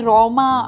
Roma